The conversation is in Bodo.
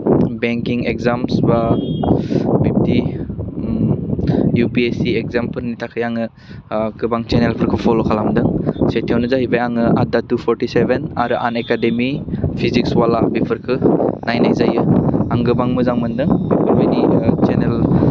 बेंकिं इक्जामस बा बिबदि इउपिएसि एक्जामफोरनि थाखाय आङो गोबां सेनेलफोरखौ फल' खालामदों सेथियावनो जाहैबाय आङो आन्डार टु फर्टि सेभेन आरो आन एकाडेनि फेजिक्स वाला बेफोरखो नायनाय जायो आं गोबां मोजां मोनदों बेफोर बायदि सेनेल